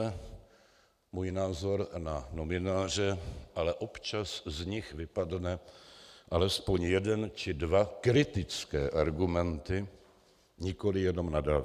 Znáte můj názor na novináře, ale občas z nich vypadne alespoň jeden či dva kritické argumenty, nikoli jenom nadávky.